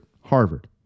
Harvard